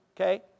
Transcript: Okay